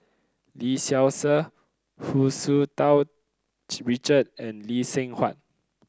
Lee Seow Ser Hu Tsu Tau Richard and Lee Seng Huat